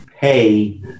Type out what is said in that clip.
pay